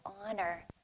honor